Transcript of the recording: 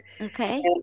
okay